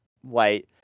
white